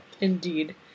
Indeed